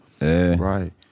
Right